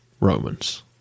Romans